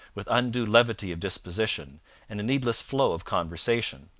with undue levity of disposition and a needless flow of conversation.